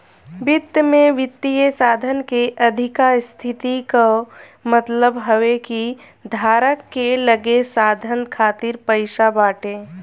वित्त में वित्तीय साधन के अधिका स्थिति कअ मतलब हवे कि धारक के लगे साधन खातिर पईसा बाटे